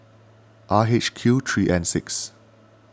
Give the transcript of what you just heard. R H Q three N six